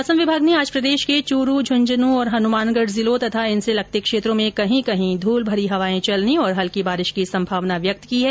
मौसम विभाग ने आज प्रदेश के चूरू झुंझुनू और हनुमानगढ जिलों तथा इनसे लगते क्षेत्रों में कहीं कहीं धूलभरी हवाएं चलने और हल्की बारिश की संभावना व्यक्त की है